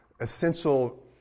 essential